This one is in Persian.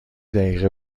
دقیقه